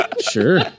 sure